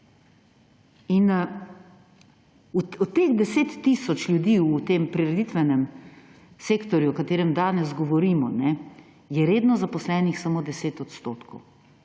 Od teh 10 tisoč ljudi v tem prireditvenem sektorju, o katerem danes govorimo, je redno zaposlenih samo 10 % teh